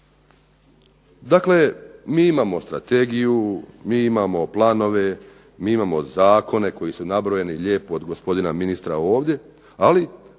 Dakle, mi imamo strategiju, mi imamo planove, mi imamo zakone koji su nabrojeni lijepo od gospodina ministra ovdje, ali